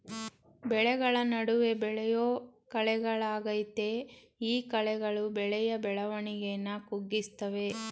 ಬೆಳೆಗಳ ನಡುವೆ ಬೆಳೆಯೋ ಕಳೆಗಳಾಗಯ್ತೆ ಈ ಕಳೆಗಳು ಬೆಳೆಯ ಬೆಳವಣಿಗೆನ ಕುಗ್ಗಿಸ್ತವೆ